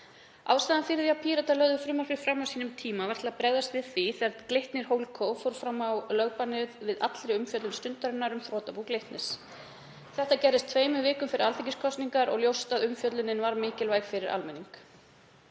Ástæðan fyrir því að Píratar lögðu frumvarpið fram á sínum tíma var til að bregðast við því þegar Glitnir HoldCo fór fram á lögbann á alla umfjöllun Stundarinnar um þrotabú Glitnis. Þetta gerðist tveimur vikum fyrir alþingiskosningar og ljóst að umfjöllunin var mikilvæg fyrir almenning.